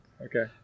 okay